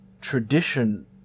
tradition